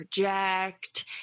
project